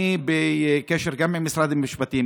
אני בקשר גם עם משרד המשפטים,